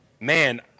man